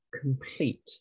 complete